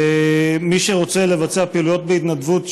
מי שרוצה לבצע פעילויות בהתנדבות,